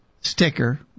sticker